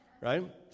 Right